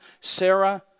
Sarah